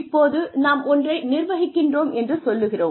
இப்போது நாம் ஒன்றை நிர்வகிக்கின்றோம் என்று சொல்கிறோம்